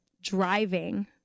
driving